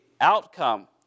outcome